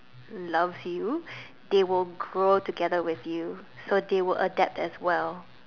loves you they will grow together with you so they will adapt as well